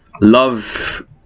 love